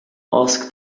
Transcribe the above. ask